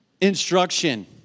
instruction